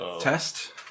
test